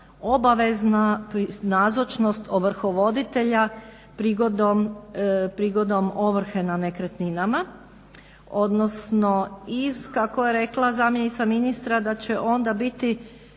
obavezna nazočnost ovrhovoditelja prigodom ovrhe na nekretninama, odnosno iz kako je rekla zamjenica ministra da će onda biti